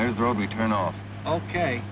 there's road we turn off ok